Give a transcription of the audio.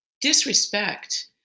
disrespect